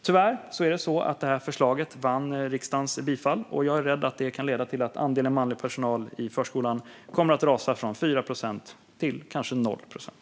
Tyvärr vann förslaget riksdagens bifall, och jag är rädd att det kan leda till att andelen manlig personal i förskolan kommer att rasa från 4 procent till kanske 0 procent.